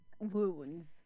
wounds